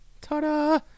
Ta-da